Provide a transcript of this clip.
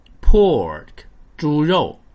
pork,猪肉